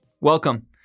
Welcome